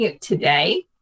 today